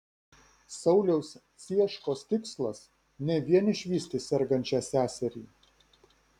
sauliaus cieškos tikslas ne vien išvysti sergančią seserį